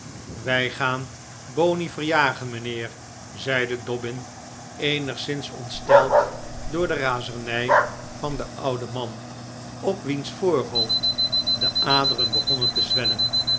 wij gaan boney verjagen mijnheer zeide dobbin eenigszins ontsteld door de razernij van den ouden man op wiens voorhoofd de aderen begonnen te zwellen